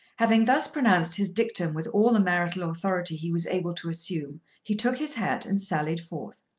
having thus pronounced his dictum with all the marital authority he was able to assume he took his hat and sallied forth.